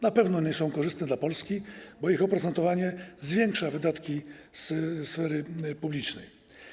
Na pewno nie są korzystne dla Polski, bo ich oprocentowanie zwiększa wydatki ze sfery publicznej.